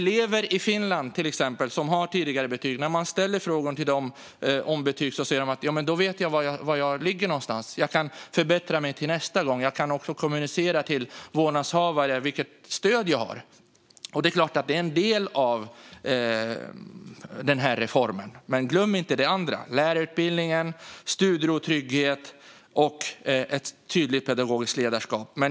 När man till exempel frågar elever i Finland, som har tidigare betyg, om betyg säger de att de därigenom vet var de ligger och kan förbättra sig till nästa gång samt att de kan kommunicera till vårdnadshavare vilket stöd de har. Det är klart att detta är en del av denna reform, men glöm inte de andra delarna: lärarutbildningen, studiero och trygghet samt ett tydligt pedagogiskt ledarskap.